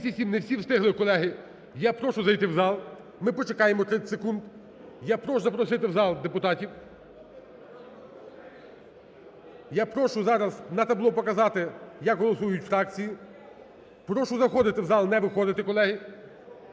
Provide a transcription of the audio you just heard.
Не всі встигли, колеги! Я прошу зайти в зал, ми почекаємо 30 секунд. Я прошу запросити в зал депутатів. Я прошу зараз на табло показати, як голосують фракції. Прошу заходити в зал, не виходити, колеги.